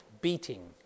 beating